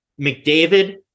McDavid